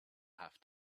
have